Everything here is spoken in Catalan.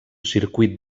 circuit